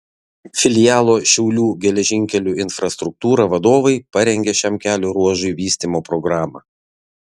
filialo šiaulių geležinkelių infrastruktūra vadovai parengė šiam kelio ruožui vystymo programą